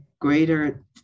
greater